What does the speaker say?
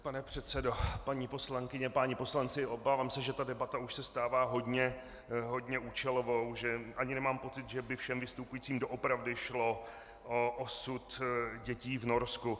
Pane předsedo, paní poslankyně, páni poslanci, obávám se, že debata už se stává hodně účelovou, že ani nemám pocit, že by všem vystupujícím doopravdy šlo o osud dětí v Norsku.